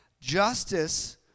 Justice